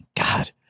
God